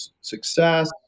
success